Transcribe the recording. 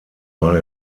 mal